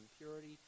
impurity